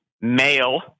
male